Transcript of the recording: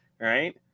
Right